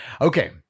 Okay